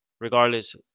Regardless